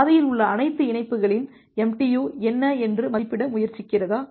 பாதையில் உள்ள அனைத்து இணைப்புகளின் எம்டியு என்ன என்று மதிப்பிட முயற்சிக்கிறதா